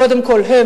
קודם כול הם,